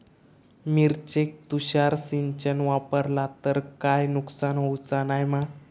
मिरचेक तुषार सिंचन वापरला तर काय नुकसान होऊचा नाय मा?